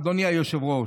אדוני היושב-ראש.